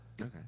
Okay